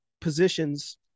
positions